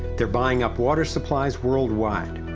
they're buying up water supplies worldwide.